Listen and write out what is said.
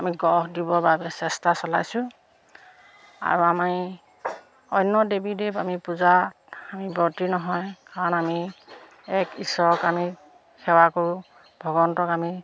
আমি গঢ় দিবৰ বাবে চেষ্টা চলাইছোঁ আৰু আমি অন্য দেৱী দেৱ আমি পূজাত আমি বৰ্তি নহয় কাৰণ আমি এক ঈশ্বৰক আমি সেৱা কৰোঁ ভগৱন্তক আমি